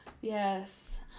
Yes